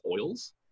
oils